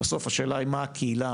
בסוף השאלה היא מה הקהילה,